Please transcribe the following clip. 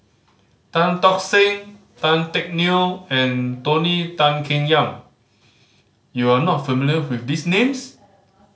Tan Tock Seng Tan Teck Neo and Tony Tan Keng Yam you are not familiar with these names